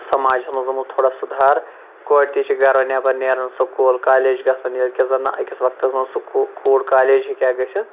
سَماجَس مَنٛز آمُت تھوڑا سُدھار کورِ تہِ چھِ گَرَو نیٚبَر نیران سوٚکوٗل کالیج گَژھان ییٚلہِ کہِ زَنہ أکِس وَقتَس مَنٛز کوٗر کالیج ہیٚکہِ ہا گٔژھِتھ